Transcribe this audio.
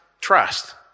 trust